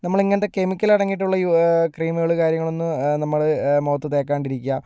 നമ്മൾ ഇങ്ങനത്തെ കെമിക്കൽ അടങ്ങിയിട്ടുള്ള ക്രീമുകൾ കാര്യങ്ങൾ ഒന്നും നമ്മൾ മുഖത്ത് തേക്കാണ്ടിരിക്കുക